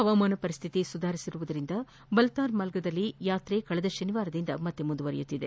ಹವಾಮಾನ ಪರಿಸ್ಥಿತಿ ಸುಧಾರಿಸಿರುವುದರಿಂದ ಬಲ್ತಾಲ್ ಮಾರ್ಗದಲ್ಲಿ ಯಾತ್ರೆ ಕಳೆದ ಶನಿವಾರದಿಂದ ಮತ್ತೆ ಮುಂದುವರೆಯುತ್ತಿದೆ